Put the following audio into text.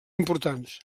importants